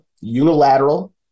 unilateral